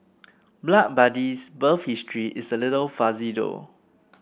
Blood Buddy's birth history is a little fuzzy though